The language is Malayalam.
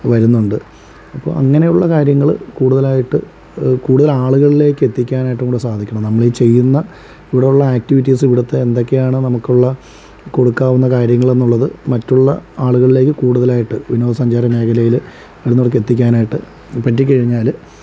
വരുന്നുണ്ട് അപ്പോൾ അങ്ങനെയുള്ള കാര്യങ്ങൾ കൂടുതലായിട്ട് കൂടുതൽ ആളുകളിലേക്ക് എത്തിക്കാനായിട്ട് കൂടെ സാധിക്കണം നമ്മൾ ഈ ചെയ്യുന്ന ഇവിടെയുള്ള ആക്ടിവിറ്റീസ് ഇവിടത്തെ എന്തൊക്കെയാണ് നമുക്കുള്ള കൊടുക്കാവുന്ന കാര്യങ്ങൾ എന്നുള്ളത് മറ്റുള്ള ആളുകളിലേക്ക് കൂടുതലായിട്ട് വിനോദസഞ്ചാര മേഖലയിൽ വരുന്നവർക്ക് എത്തിക്കാനായിട്ട് പറ്റിക്കഴിഞ്ഞാൽ